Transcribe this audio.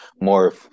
more